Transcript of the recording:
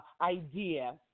idea